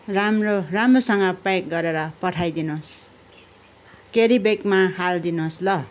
राम्रो राम्रोसँग प्याक गरेर पठाइदिनुहोस् क्यारी बेगमा हालिदिनुहोस् ल